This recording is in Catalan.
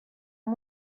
amb